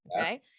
okay